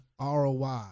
ROI